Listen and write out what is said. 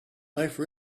life